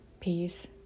peace